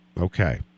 Okay